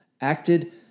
acted